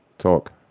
talk